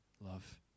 love